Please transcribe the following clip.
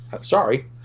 Sorry